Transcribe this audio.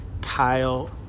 Kyle